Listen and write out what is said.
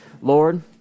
Lord